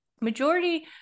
majority